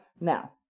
Now